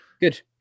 Good